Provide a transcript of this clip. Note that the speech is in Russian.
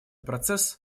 процесс